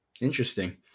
Interesting